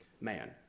man